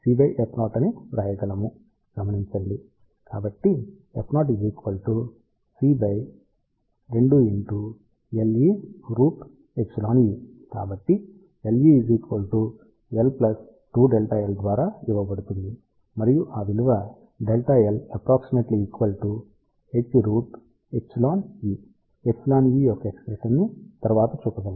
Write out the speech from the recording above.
కాబట్టి f0 c 2 Le √ εe కాబట్టి Le L2Δ L ద్వారా ఇవ్వబడుతుంది మరియు ఆ విలువ Δ L ≅h√εe εe యొక్క ఎక్ష్ప్రెషన్ ని తరువాత చూపగలను